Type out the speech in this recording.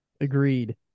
Agreed